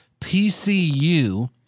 PCU